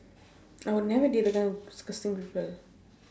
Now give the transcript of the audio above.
I will never date a guy who disgusting people